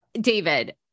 David